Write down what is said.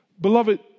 Beloved